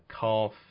calf